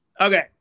Okay